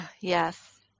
yes